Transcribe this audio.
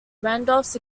randolph